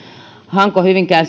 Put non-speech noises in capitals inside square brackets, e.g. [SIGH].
hanko hyvinkää [UNINTELLIGIBLE]